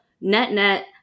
net-net